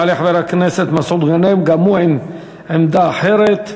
יעלה חבר הכנסת מסעוד גנאים, גם הוא עם עמדה אחרת.